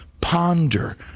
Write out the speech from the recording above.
Ponder